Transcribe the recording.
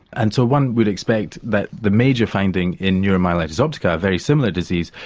and so one would expect that the major finding in neuromyelitis optica, a very similar disease,